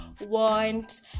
want